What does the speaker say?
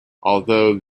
although